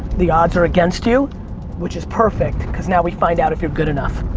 the odds are against you which is perfect cause now we find out if you're good enough.